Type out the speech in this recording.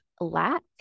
lack